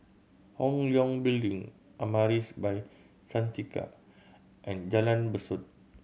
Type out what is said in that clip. Hong Leong Building Amaris By Santika and Jalan Besut